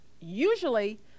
Usually